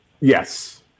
yes